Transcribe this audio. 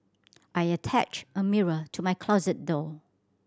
I attached a mirror to my closet door